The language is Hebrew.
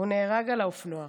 הוא נהרג על האופנוע.